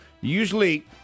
usually